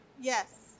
Yes